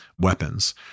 weapons